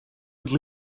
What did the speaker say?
would